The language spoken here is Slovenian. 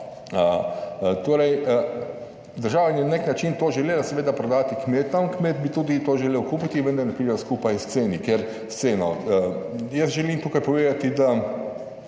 država je na neki način to želela seveda prodati kmetom, kmet bi tudi to želel kupiti vendar ne pridejo skupaj s ceno. Jaz želim tukaj povedati, da